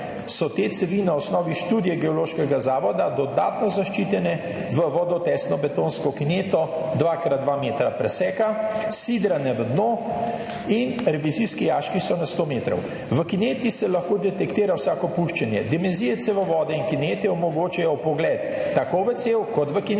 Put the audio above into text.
so te cevi na osnovi študije Geološkega zavoda dodatno zaščitene v vodotesno betonsko kineto 2 krat 2 metra preseka, sidrane v dno in revizijski jaški so na 100 metrov. V kineti se lahko detektira vsako puščanje, dimenzije cevovode in kinete omogočajo vpogled tako v cev kot v kineto